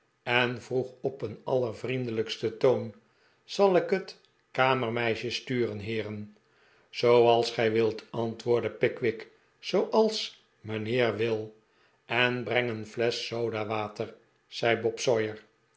en vroeg op een allervriendelijksten toon zal ik het kamermeisje sturen heeren zooals gij wilt antwoordde pickwick zooals mijnheer wil en breng een flesch sodawater zei bob